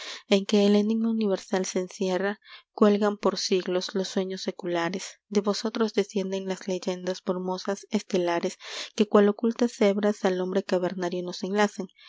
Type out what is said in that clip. en que el enigma universal se encierra cuelgan por siglos los sueños seculares de vosotros descienden las leyendas brumosas estelares que cual ocultas hebras al hombre cavernario nos enlazan